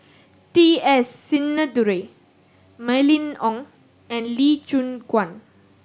T S Sinnathuray Mylene Ong and Lee Choon Guan